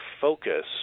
focus